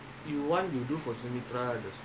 I pray already